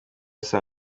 saa